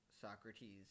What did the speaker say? Socrates